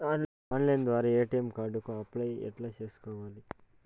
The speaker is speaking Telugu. ఆన్లైన్ ద్వారా ఎ.టి.ఎం కార్డు కు అప్లై ఎట్లా సేసుకోవాలి?